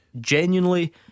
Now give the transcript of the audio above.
Genuinely